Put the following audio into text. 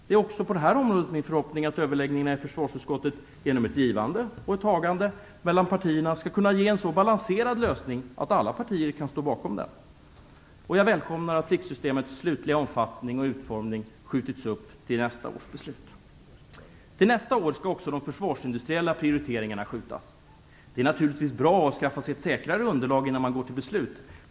Det är också på det här området min förhoppning att överläggningarna i försvarsutskottet genom ett givande och ett tagande mellan partierna skall kunna ge en så balanserad lösning att alla partier kan stå bakom den. Jag välkomnar att pliktsystemets slutliga omfattning och utformning skjutits upp till nästa års beslut. Till nästa år skall också de försvarsindustriella prioriteringarna skjutas upp. Det är naturligtvis bra att skaffa sig ett säkrare underlag innan man går till beslut.